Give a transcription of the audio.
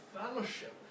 fellowship